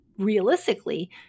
realistically